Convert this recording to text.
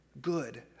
good